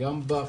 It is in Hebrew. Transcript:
גם בך,